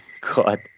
God